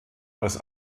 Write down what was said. als